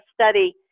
study